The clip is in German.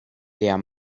der